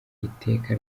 iteka